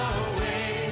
away